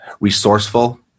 Resourceful